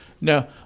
No